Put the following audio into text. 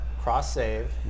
cross-save